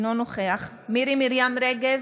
אינו נוכח מירי מרים רגב,